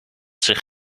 zich